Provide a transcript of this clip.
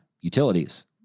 utilities